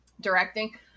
directing